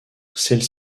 celles